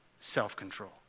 self-control